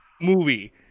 movie